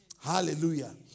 Hallelujah